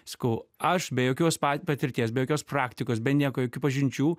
sakau aš be jokios pa patirties be jokios praktikos be nieko jokių pažinčių